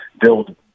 build